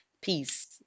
peace